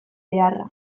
beharra